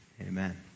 Amen